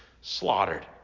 slaughtered